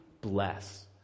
bless